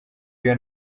iyo